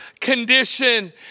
condition